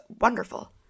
wonderful